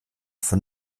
von